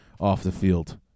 off-the-field